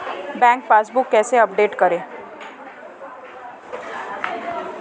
Bank passbook कैसे update करें?